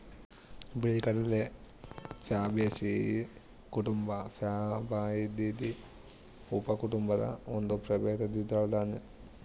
ಬಿಳಿಗಡಲೆ ಪ್ಯಾಬೇಸಿಯೀ ಕುಟುಂಬ ಪ್ಯಾಬಾಯ್ದಿಯಿ ಉಪಕುಟುಂಬದ ಒಂದು ಪ್ರಭೇದ ದ್ವಿದಳ ದಾನ್ಯ